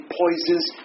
poisons